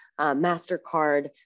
MasterCard